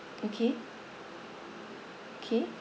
okay okay